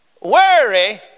Worry